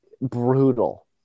brutal